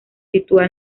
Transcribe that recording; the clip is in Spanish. sitúa